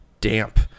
damp